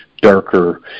darker